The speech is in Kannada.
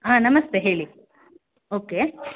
ಹಾಂ ನಮಸ್ತೆ ಹೇಳಿ ಓಕೆ